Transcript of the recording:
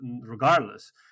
regardless